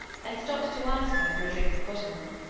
and stopped to ask her for a drink of buttermilk.